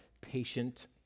patient